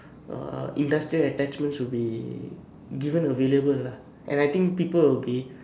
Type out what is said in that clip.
uh industrial attachment should be given available lah and I think people will be